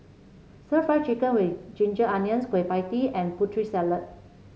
stir Fry Chicken with Ginger Onions Kueh Pie Tee and Putri Salad